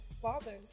fathers